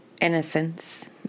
Innocence